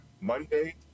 Monday